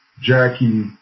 Jackie